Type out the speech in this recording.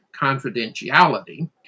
confidentiality